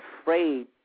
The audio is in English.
afraid